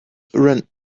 ran